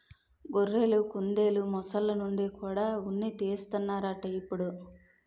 గొర్రెలు, కుందెలు, మొసల్ల నుండి కూడా ఉన్ని తీస్తన్నారట ఇప్పుడు